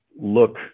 look